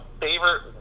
favorite